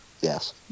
yes